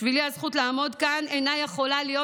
בשבילי הזכות לעמוד כאן אינה יכולה להיות